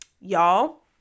y'all